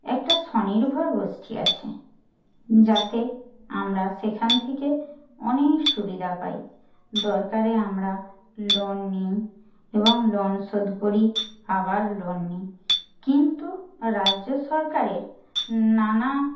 একটা স্বনির্ভর গোষ্ঠী আছে যাতে আমরা সেখান থেকে অনেক সুবিধা পাই দরকারে আমরা লোন নিই এবং লোন শোধ করি আবার লোন নিই কিন্তু রাজ্য সরকারের নানা